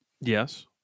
yes